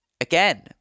again